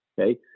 okay